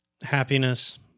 happiness